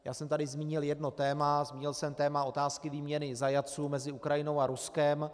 Já jsem tady zmínil jedno téma, zmínil jsem téma otázky výměny zajatců mezi Ukrajinou a Ruskem.